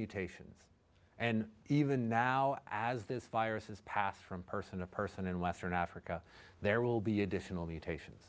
mutations and even now as this virus is passed from person to person in western africa there will be additional mutations